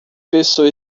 pessoa